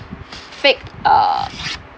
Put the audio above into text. fake uh